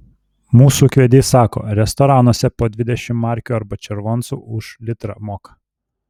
mūsų ūkvedys sako restoranuose po dvidešimt markių arba červoncų už litrą moka